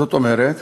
זאת אומרת